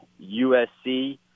USC